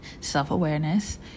self-awareness